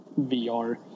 VR